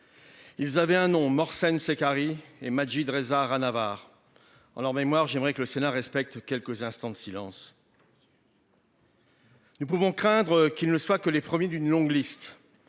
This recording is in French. Ils avaient un nom. C'est. Et Majid Reza Rahnavard en leur mémoire. J'aimerais que le Sénat respecte quelques instants de silence. Nous pouvons craindre qu'il ne soit que les premiers d'une longue liste.